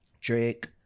Drake